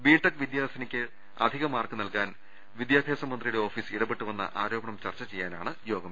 BTech വിദ്യാർത്ഥിനിക്ക് അധിക mark നൽകാൻ വിദ്യാഭ്യാസ മന്ത്രിയുടെ ഓഫീസ് ഇടപെട്ടുവെന്ന ആരോപണം ചർച്ച ചെയ്യാനാണ് അടിയന്തര യോഗം